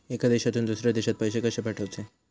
एका देशातून दुसऱ्या देशात पैसे कशे पाठवचे?